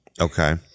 Okay